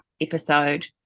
episode